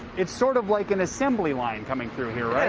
it's sort of like an assembly line coming through here,